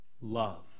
Love